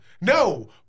No